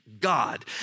God